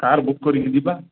car book କରିକି ଯିବା